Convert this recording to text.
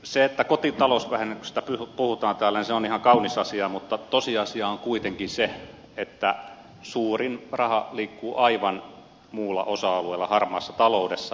se että kotitalousvähennyksestä puhutaan täällä on ihan kaunis asia mutta tosiasia on kuitenkin se että suurin raha liikkuu aivan muulla osa alueella harmaassa taloudessa